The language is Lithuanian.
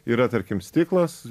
yra tarkim stiklas